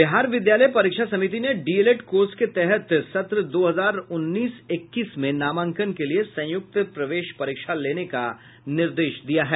बिहार विद्यालय परीक्षा समिति ने डीएलएड कोर्स के तहत सत्र दो हजार उन्नीस इक्कीस में नामांकन के लिए संयुक्त प्रवेश परीक्षा लेने का निर्देश दिया है